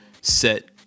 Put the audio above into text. set